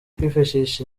kwifashisha